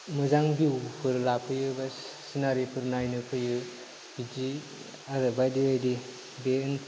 मोजां भिउफोर लाफैयो बा सिनारिफोर नायनो फैयो बिदि आरो बायदि बायदि बे